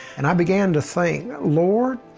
and i began to think, lord,